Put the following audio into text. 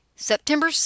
September